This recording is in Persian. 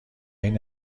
این